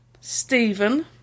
Stephen